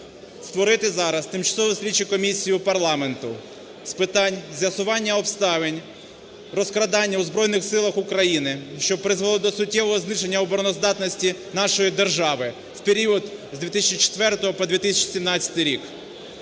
створити зараз тимчасову слідчу комісію парламенту з питань з'ясування обставин розкрадання у Збройних Силах України, що призвело до суттєвого зниження обороноздатності нашої держави в період з 2004 по 2017 рік.